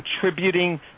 contributing